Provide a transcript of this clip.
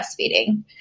breastfeeding